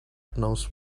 knows